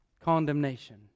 condemnation